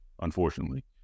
unfortunately